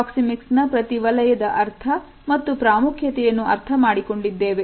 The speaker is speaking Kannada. ಪ್ರಾಕ್ಸಿಮಿಕ್ಸ್ ನ ಪ್ರತಿ ವಲಯದ ಅರ್ಥ ಮತ್ತು ಪ್ರಾಮುಖ್ಯತೆಯನ್ನು ಅರ್ಥಮಾಡಿಕೊಂಡಿದ್ದೇವೆ